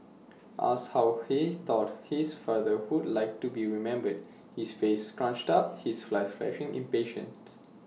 asked how he thought his father would like to be remembered his face scrunched up his eyes flashing impatience